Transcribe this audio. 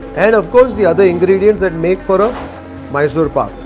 and of course, the other ingredients that make for a mysore pak.